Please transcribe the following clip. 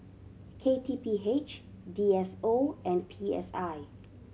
K T P H D S O and P S I